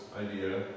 idea